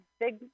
big